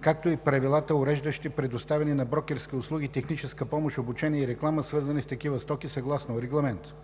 както и правилата, уреждащи предоставянето на брокерски услуги, техническа помощ, обучение и реклама, свързани с такива стоки, съгласно Регламент